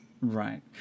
Right